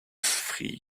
free